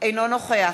אינו נוכח